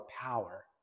power